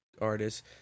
artists